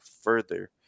further